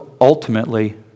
ultimately